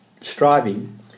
striving